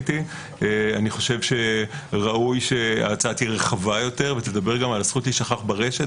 אני חושב שראוי שהיא תהיה רחבה יותר ותדבר גם על הזכות להישכח ברשת,